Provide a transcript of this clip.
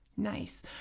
Nice